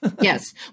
Yes